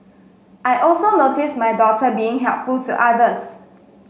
I also notice my daughter being helpful to others